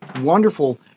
wonderful